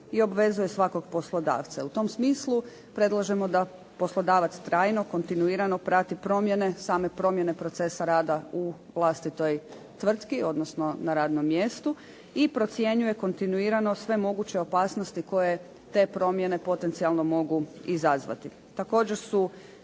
i obvezuje svakog poslodavca. U tom smislu predlažemo da poslodavac trajno kontinuirano prati promjene, same promjene procesa rada u vlastitoj tvrtki odnosno na radnom mjestu i procjenjuje kontinuirano sve moguće opasnosti koje te promjene potencijalno mogu izazvati.